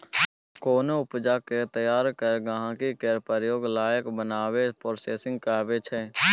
कोनो उपजा केँ तैयार कए गहिंकी केर प्रयोग लाएक बनाएब प्रोसेसिंग कहाबै छै